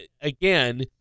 again